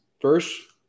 First